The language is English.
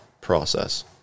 process